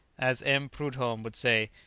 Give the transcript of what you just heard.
as m. prudhomme would say,